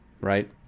right